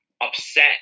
upset